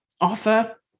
offer